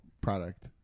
product